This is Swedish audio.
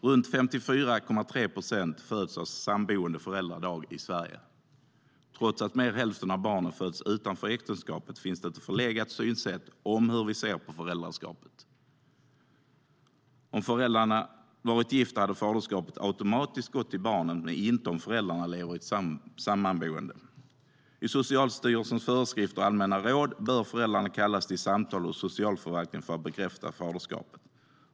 Runt 54,3 procent av de barn som föds i Sverige dag har samboende föräldrar. Trots att mer än hälften av barnen föds utanför äktenskapet finns det ett förlegat synsätt i fråga om föräldraskapet. Om föräldrarna hade varit gifta hade faderskapet automatiskt gått till mannen, men så är det inte om föräldrarna lever samboende. Enligt Socialstyrelsens föreskrifter och allmänna råd bör föräldrarna kallas till samtal hos socialförvaltningen för att bekräfta faderskap.